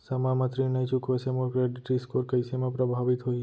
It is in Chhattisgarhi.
समय म ऋण नई चुकोय से मोर क्रेडिट स्कोर कइसे म प्रभावित होही?